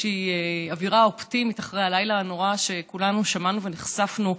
אווירה אופטימית אחרי הלילה הנורא שכולנו שמענו עליו ונחשפנו לו,